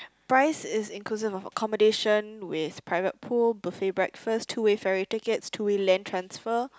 price is inclusive of accommodation with private pool buffet breakfast two way ferry tickets two way land transfer